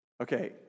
Okay